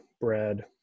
bread